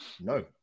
no